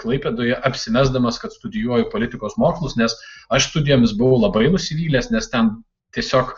klaipėdoje apsimesdamas kad studijuoju politikos mokslus nes aš studijomis buvau labai nusivylęs nes ten tiesiog